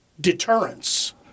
deterrence